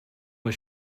was